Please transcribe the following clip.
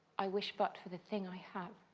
i wish but for the thing i have